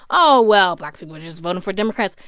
oh, well, black people are just voting for democrats.